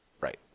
right